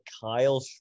Kyle